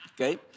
Okay